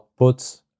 outputs